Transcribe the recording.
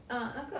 ah 那个